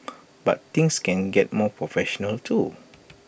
but things can get more professional too